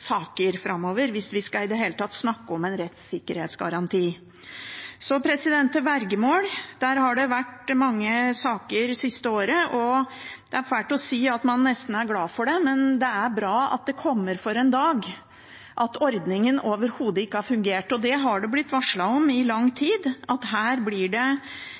saker framover hvis vi i det hele tatt skal snakke om en rettssikkerhetsgaranti. Så til vergemål: Der har det vært mange saker det siste året. Det er fælt å si at man nesten er glad for det, men det er bra at det kommer for en dag at ordningen overhodet ikke har fungert. Det har det blitt varslet om i lang